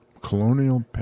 Colonial